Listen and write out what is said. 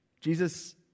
Jesus